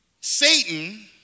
Satan